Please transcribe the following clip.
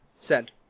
Send